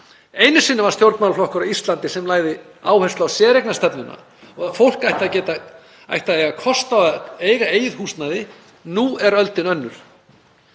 Einu sinni var stjórnmálaflokkur á Íslandi sem lagði áherslu á séreignarstefnuna og að fólk ætti að eiga kost á að eiga sitt eigið húsnæði. Nú er öldin önnur.